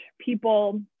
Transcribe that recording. people